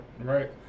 right